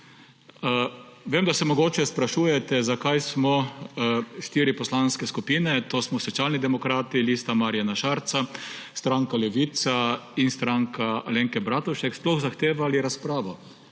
Vem, da se mogoče sprašujete, zakaj smo štiri poslanke skupine, to smo Socialni demokrati, Lista Marjana Šarca, stranka Levica in Stranka Alenke Bratušek, sploh zahtevali razpravo,